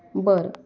बरं